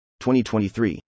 2023